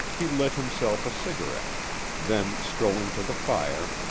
he lit himself a cigarette then, strolling to the fire,